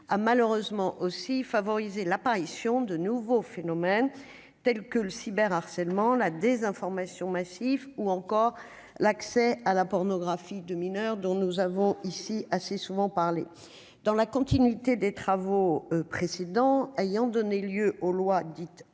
ah malheureusement aussi favoriser l'apparition de nouveaux phénomènes tels que le cyber harcèlement la désinformation massive ou encore l'accès à la pornographie de mineurs dont nous avons ici assez souvent parlé dans la continuité des travaux précédents ayant donné lieu aux lois dites à Avia